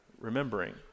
remembering